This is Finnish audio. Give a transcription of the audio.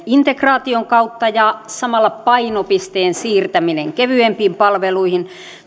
integraation kautta ja samalla painopisteen siirtäminen kevyempiin palveluihin